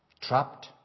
Trapped